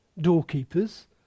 doorkeepers